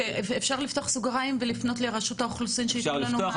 אפשר לפתוח סוגריים ולפנות לרשות האוכלוסין שיתנו לנו מענה?